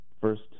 first